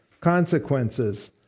consequences